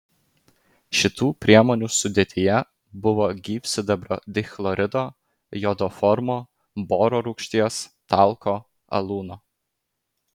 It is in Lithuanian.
šitų priemonių sudėtyje buvo gyvsidabrio dichlorido jodoformo boro rūgšties talko alūno